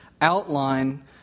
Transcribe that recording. outline